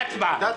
ההצבעה.